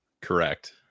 Correct